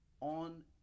on